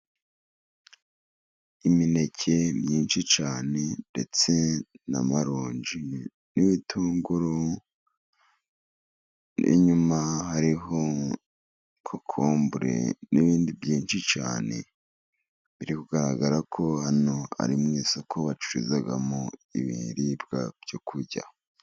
Imineke myinshi cyane ndetse n'amaronji n'ibitunguru n'inyuma hariho kokombure n'ibindi byinshi cyane, biri kugaragara ko hano ari mu isoko bacuruzamo ibiribwa byo kurya.